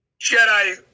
Jedi